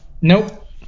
nope